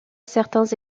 certains